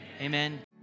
Amen